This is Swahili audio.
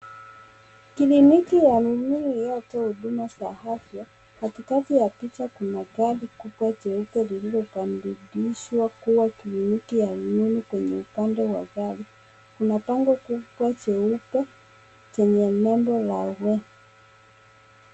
Kliniki ya rununu inayotoa huduma za afya. Katikati ya picha kuna gari kubwa jeupe lililobadilishwa kuwa kliniki ya rununu. Kwenye upande wa gari, kuna bango kubwa jeupe chenye nembo ya We.